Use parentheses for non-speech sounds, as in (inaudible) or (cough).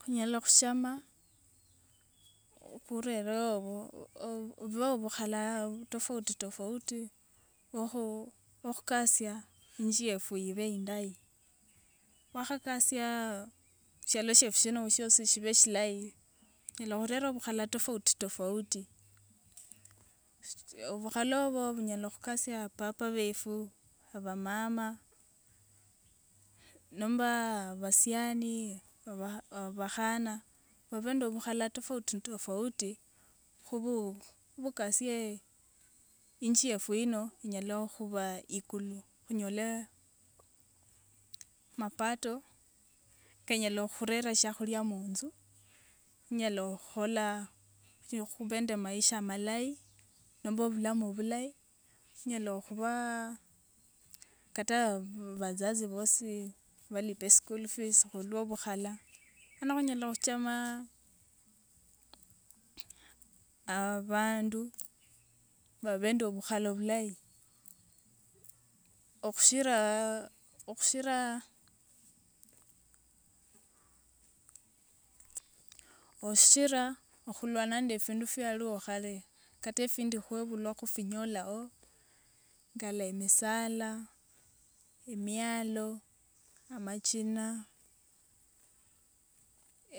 Khunyala khushama burerewo bu- obu bukhala tofauti tofauti okhu okhukasia inji yefu ibe indayi. Khwakhakasia shialo siefu shino shiosi shibe shilayi onyala khulela bukhala tofauti tofauti shi obukhala obo bunyala khukasia papa befu, abamama nomba basiani, oba- bakhana babe ndo bukhala tofauti tofauti khubu bukasie inji yefu ino inyala khuba ikulu khunyole mapato kenyala khulela shiakhulia munzu, kanyala khukhola khube nde maisha malayi nomba bulamu bulayi finyala khubaa kata bazazi bosi balipe school fees khulwo bukhala. (noise) ano khunyala khuchama (hesitation) abandu babe ndo bukhala bulayi okhushira, okhushira, okhushira okhulwana nde findu fialiwo khale, kata efindu khwebulwa khufinyolawo ngale misala, emialo, amachina